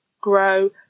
Grow